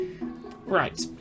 Right